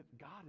God